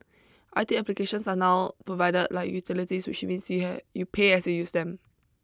I T applications are now provided like utilities which means you have you pay as you use them